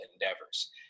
endeavors